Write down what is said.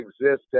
exist